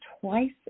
twice